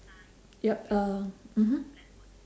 yup uh mmhmm